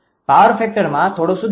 power ફેક્ટરમાં થોડો સુધારો છે